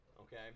okay